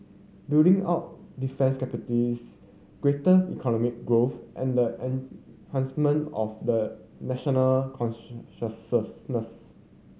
building up defence capabilities greater economic growth and the enhancement of the national